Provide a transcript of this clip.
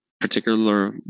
particular